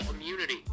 immunity